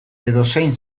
edozein